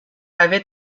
avait